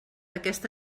aquesta